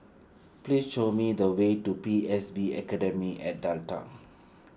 please show me the way to P S B Academy at Delta